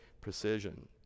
precision